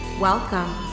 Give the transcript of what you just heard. Welcome